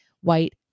white